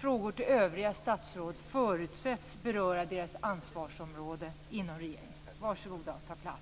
Frågor till övriga statsråd förutsätts beröra deras ansvarsområde inom regeringen. Varsågod att ta plats.